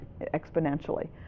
exponentially